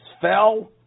fell